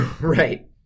Right